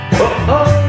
Oh-oh